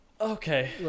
Okay